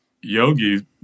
yogi